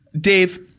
Dave